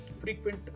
frequent